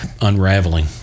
unraveling